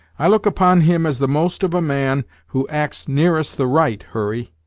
i look upon him as the most of a man who acts nearest the right, hurry.